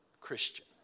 Christian